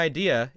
Idea